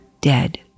dead